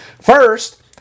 First